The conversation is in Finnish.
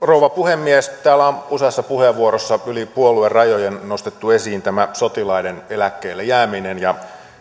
rouva puhemies täällä on useassa puheenvuorossa yli puoluerajojen nostettu esiin tämä sotilaiden eläkkeelle jääminen ja